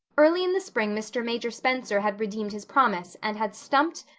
early in the spring mr. major spencer had redeemed his promise and had stumped,